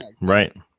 right